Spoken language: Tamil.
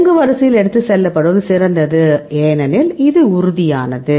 இறங்கு வரிசையில் எடுத்து செல்லப்படுவது சிறந்தது ஏனெனில் இது உறுதியானது